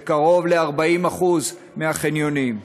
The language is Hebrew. בקרוב ל-40% מהחניונים.